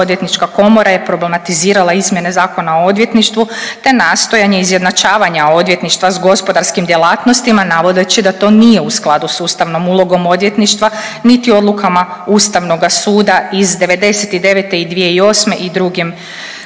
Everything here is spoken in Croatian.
odvjetnička komora je problematizirala izmjene Zakona o odvjetništvu te nastojanje izjednačavanja odvjetništva s gospodarskim djelatnostima navodeći da to nije u skladu s ustavnom ulogom odvjetništva niti odlukama Ustavnoga suda iz '99. i 2008. i drugim